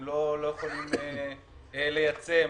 הם לא יכולים לייצא,